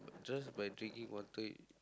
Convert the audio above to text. just by drinking water